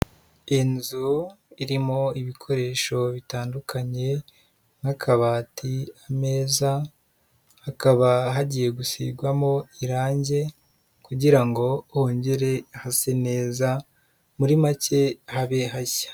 Inzu irimo ibikoresho bitandukanye nk'akabati, ameza, hakaba hagiye gusigwamo irange kugira ngo hongere hase neza muri make habe hashya.